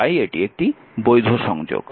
তাই এটি একটি বৈধ সংযোগ